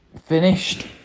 finished